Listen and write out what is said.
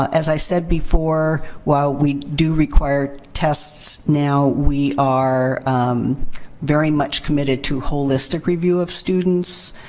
as i said before, while we do require tests now, we are very much committed to holistic review of students.